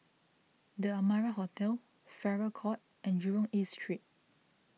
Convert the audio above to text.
the Amara Hotel Farrer Court and Jurong East Street